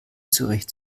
zurecht